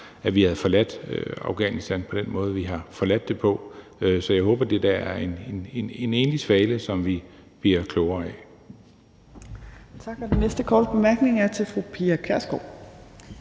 at vi havde forladt Afghanistan på den måde, vi har forladt det på, så jeg håber, at det er en enlig svale, som vi bliver klogere af.